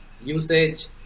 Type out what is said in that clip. usage